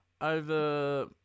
over